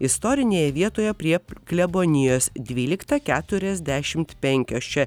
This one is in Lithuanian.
istorinėje vietoje prie klebonijos dvyliktą keturiasdešimt penkios čia